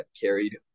carried